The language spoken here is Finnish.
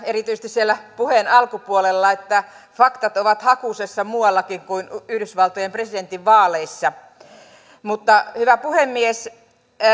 erityisesti siellä puheen alkupuolella että faktat ovat hakusessa muuallakin kuin yhdysvaltojen presidentinvaaleissa mutta hyvä puhemies